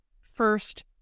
first